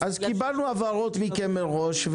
עוד גופים --- אז קיבלנו הבהרות מכם מראש,